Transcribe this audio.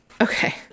Okay